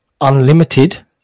unlimited